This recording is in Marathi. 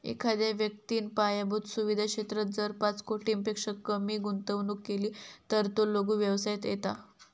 एखाद्या व्यक्तिन पायाभुत सुवीधा क्षेत्रात जर पाच कोटींपेक्षा कमी गुंतवणूक केली तर तो लघु व्यवसायात येता